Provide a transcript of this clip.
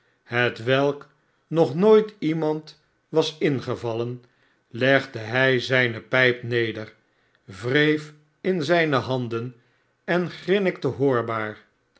hetwelk nog nooit iemand was ingevallen legde hij zijne pijp neder wreef in zijne handen en grinnikte hoorbaar